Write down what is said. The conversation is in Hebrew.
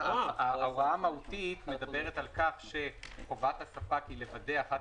ההוראה המהותית מדברת על כך שחובת הספק היא לוודא אחת